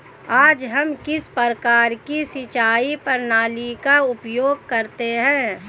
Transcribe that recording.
आज हम किस प्रकार की सिंचाई प्रणाली का उपयोग करते हैं?